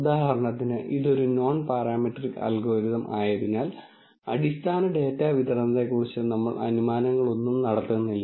ഉദാഹരണത്തിന് ഇതൊരു non parametric algorithm ആയതിനാൽ അടിസ്ഥാന ഡാറ്റാ വിതരണത്തെക്കുറിച്ച് നമ്മൾ അനുമാനങ്ങളൊന്നും നടത്തുന്നില്ല